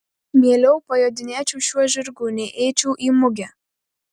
mieliau pajodinėčiau šiuo žirgu nei eičiau į mugę